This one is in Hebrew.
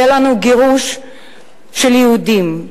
היה לנו גירוש של יהודים,